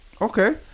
Okay